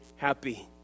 happy